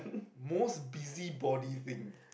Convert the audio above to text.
most busybody thing